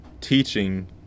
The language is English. teaching